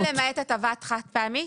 הטבה למעט הטבה חד פעמית.